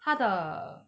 他的